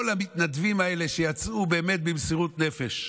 כל המתנדבים האלה יצאו באמת במסירות נפש.